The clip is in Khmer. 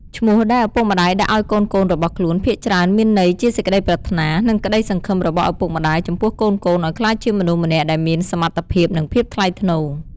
ឈ្មោះដែលឪពុកម្តាយដាក់ឲ្យកូនៗរបស់ខ្លួន ភាគច្រើនមានន័យជាសេចក្តីប្រាថ្នា និង ក្តីសង្ឃឹមរបស់ឪពុកម្តាយ ចំពោះកូនៗឲ្យក្លាយជាមនុស្សម្នាក់ដែលមានសមត្ថភាព និងភាពថ្លៃថ្នូរ។